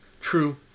True